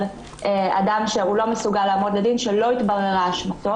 אדם שלא מסוגל לעמוד לדין שלא התבררה אשמתו,